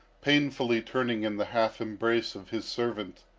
painfully turning in the half embrace of his servant,